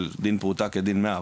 דין פרוטה כדין מאה,